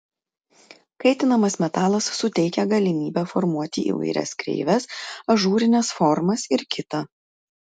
kaitinamas metalas suteikia galimybę formuoti įvairias kreives ažūrines formas ir kita